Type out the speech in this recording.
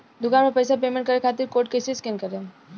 दूकान पर पैसा पेमेंट करे खातिर कोड कैसे स्कैन करेम?